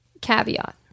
caveat